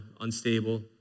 unstable